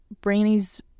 Brainy's